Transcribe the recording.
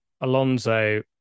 Alonso